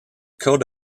code